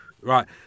Right